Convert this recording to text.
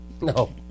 No